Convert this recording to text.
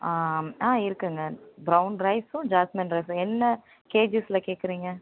ஆ இருக்குங்க ப்ரௌன் ரைஸும் ஜாஸ்மின் ரைஸும் என்ன கேஜிஸில் கேட்குறீங்க